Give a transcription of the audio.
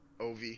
OV